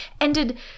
ended